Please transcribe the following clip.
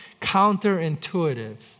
counterintuitive